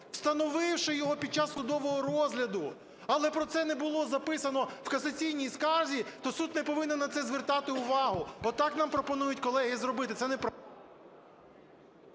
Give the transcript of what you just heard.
встановивши його під час судового розгляду, але про це не було записано в касаційній скарзі, то суд не повинен на це звертати увагу, бо так нам пропонують колеги зробити,